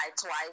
twice